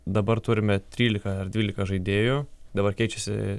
dabar turime trylika ar dvylika žaidėjų dabar keičiasi